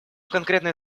конкретные